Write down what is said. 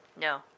No